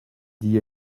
dit